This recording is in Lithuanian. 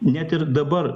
net ir dabar